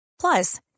Plus